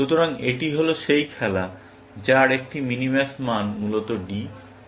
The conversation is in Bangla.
সুতরাং এটি হল সেই খেলা যার একটি মিনিম্যাক্স মান মূলত D